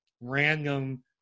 random